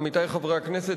עמיתי חברי הכנסת,